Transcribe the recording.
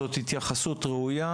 זאת התייחסות ראויה.